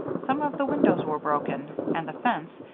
some of the windows were broken, and the fence,